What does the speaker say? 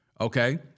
Okay